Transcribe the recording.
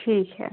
ठीक है